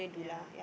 yeah